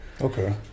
okay